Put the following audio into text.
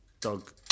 dog